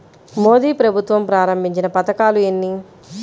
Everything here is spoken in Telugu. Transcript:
మోదీ ప్రభుత్వం ప్రారంభించిన పథకాలు ఎన్ని?